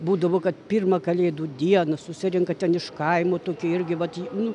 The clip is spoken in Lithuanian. būdavo kad pirmą kalėdų dieną susirenka ten iš kaimo tokie irgi vat nu